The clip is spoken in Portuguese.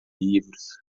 livros